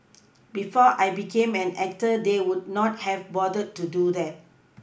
before I became an actor they would not have bothered to do that